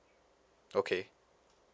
okay